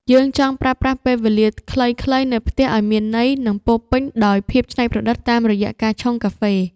យើងចង់ប្រើប្រាស់ពេលវេលាខ្លីៗនៅផ្ទះឱ្យមានន័យ និងពោរពេញដោយភាពច្នៃប្រឌិតតាមរយៈការឆុងកាហ្វេ។